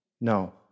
No